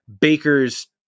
baker's